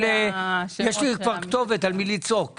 יש לי כבר כתובת על מי לצעוק.